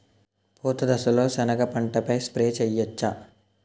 పూత దశలో సెనగ పంటపై స్ప్రే చేయచ్చా?